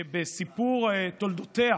בסיפור תולדותיה